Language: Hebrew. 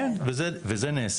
כן, זה נעשה.